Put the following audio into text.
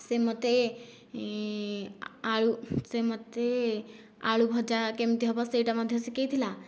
ସେ ମୋତେ ଆଳୁ ସେ ମୋତେ ଆଳୁ ଭଜା କେମିତି ହେବ ସେହିଟା ମଧ୍ୟ ଶିଖାଇଥିଲା